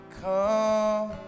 come